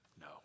No